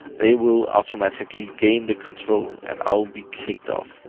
they will automatically gain the control, and i'll be clicked off.